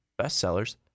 bestsellers